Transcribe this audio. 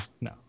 no